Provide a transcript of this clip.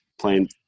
playing